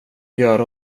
göra